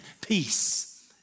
peace